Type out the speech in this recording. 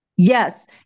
Yes